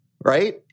right